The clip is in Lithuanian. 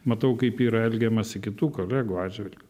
matau kaip yra elgiamasi kitų kolegų atžvilgiu